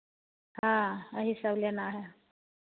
हाँ वही सब लेना है